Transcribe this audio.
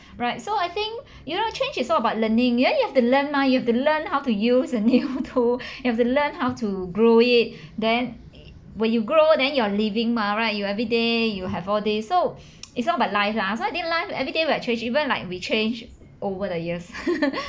right so I think you know change is all about learning you know you have to learn mah you have to learn how to use a new tool you have to learn how to grow it then when you grow then you're leaving mah right you everyday you have all this so it's all about life lah so I think live everyday we are change even like we change over the years